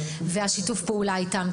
ובשיתוף פעולה איתם.